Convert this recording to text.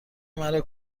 مرا